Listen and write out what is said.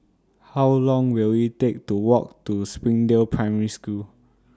How Long Will IT Take to Walk to Springdale Primary School